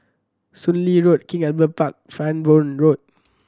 Soon Lee Road King Albert Park Farnborough Road